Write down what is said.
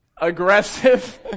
aggressive